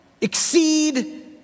exceed